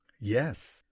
yes